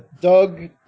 Doug